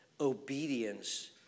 obedience